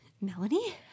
Melanie